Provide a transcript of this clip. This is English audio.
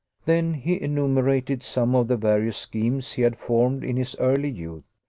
then he enumerated some of the various schemes he had formed in his early youth,